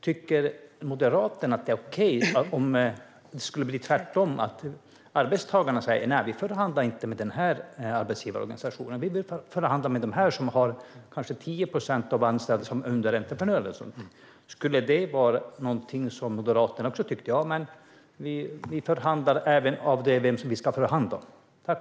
Tycker Moderaterna att det skulle vara okej om det blev tvärtom, alltså att arbetstagarna säger: Nej, vi förhandlar inte med den här arbetsgivarorganisationen! I stället vill de kanske förhandla med en organisation som har 10 procent av de anställda som underentreprenörer. Skulle Moderaterna tycka att detta är okej, alltså att man förhandlar även om vem man ska förhandla med?